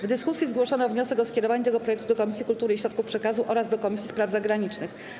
W dyskusji zgłoszono wniosek o skierowanie tego projektu do Komisji Kultury i Środków Przekazu oraz do Komisji Spraw Zagranicznych.